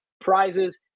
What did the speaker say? prizes